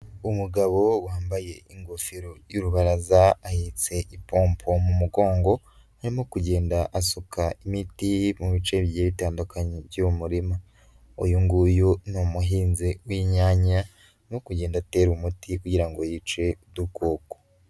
Umugabo wambaye ingofero y'urubaraza ahetse ipopo mu mugongo arimo kugenda asuka imiti mu bice bigiye bitandukanye by'uyu murima, uyu nguyu ni umuhinzi w'inyanya arimo kugenda atera umuti kugira ngo yice udukoko.